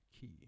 key